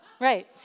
Right